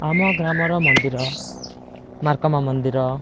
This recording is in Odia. ଆମ ଗ୍ରାମର ମନ୍ଦିର ମାର୍କମ ମନ୍ଦିର